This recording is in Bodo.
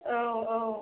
औ औ